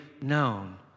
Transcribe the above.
known